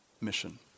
mission